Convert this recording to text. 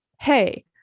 Hey